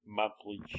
monthly